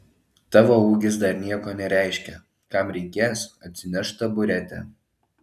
tavo ūgis dar nieko nereiškia kam reikės atsineš taburetę